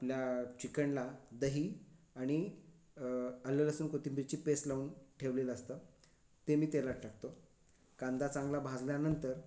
आपल्या चिकनला दही आणि आलं लसूण कोथिंबीरची पेस्ट लाऊन ठेवलेलं असतं ते मी तेलात टाकतो कांदा चांगला भाजल्यानंतर